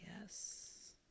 Yes